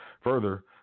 Further